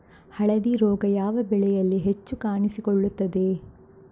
ಹಳದಿ ರೋಗ ಯಾವ ಬೆಳೆಯಲ್ಲಿ ಹೆಚ್ಚು ಕಾಣಿಸಿಕೊಳ್ಳುತ್ತದೆ?